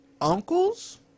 uncles